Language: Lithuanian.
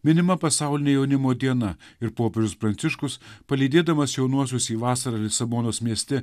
minima pasaulinė jaunimo diena ir popiežius pranciškus palydėdamas jaunuosius į vasarą lisabonos mieste